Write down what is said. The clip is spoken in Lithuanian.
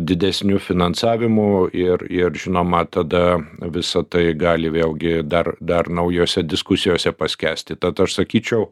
didesniu finansavimu ir ir žinoma tada visa tai gali vėlgi dar dar naujose diskusijose paskęsti tad aš sakyčiau